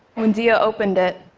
when deah opened it,